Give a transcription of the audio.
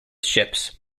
ships